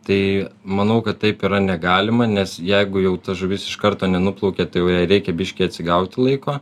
tai manau kad taip yra negalima nes jeigu jau ta žuvis iš karto nenuplaukė tai jau jai reikia biški atsigauti laiko